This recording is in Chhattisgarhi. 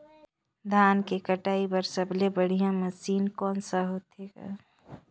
धान के कटाई बर सबले बढ़िया मशीन कोन सा होथे ग?